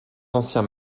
anciens